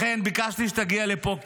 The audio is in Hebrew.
לכן ביקשתי שתגיע לפה,